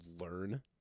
learn